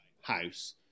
house